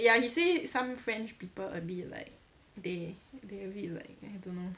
ya he say some french people a bit like they a bit like I don't know